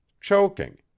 choking